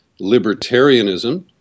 libertarianism